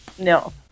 No